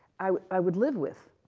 i would live with.